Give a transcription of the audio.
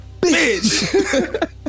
Bitch